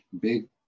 big